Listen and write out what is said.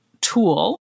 tool